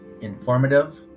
informative